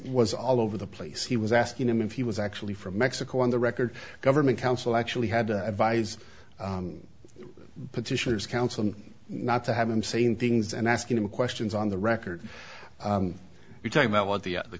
was all over the place he was asking him if he was actually from mexico on the record government counsel actually had to advise petitioners counsel not to have him saying things and asking him questions on the record to talk about what the